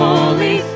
Holy